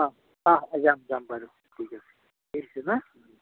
অঁ অঁ যাম যাম বাৰু ঠিক আছে ঠিক আছে না